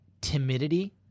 timidity